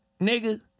nigga